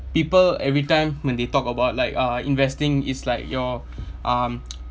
people everytime when they talk about like uh investing is like your um